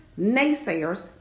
naysayers